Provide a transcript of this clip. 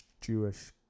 Jewish